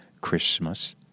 Christmas